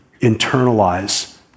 internalize